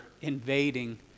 invading